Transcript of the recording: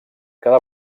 cada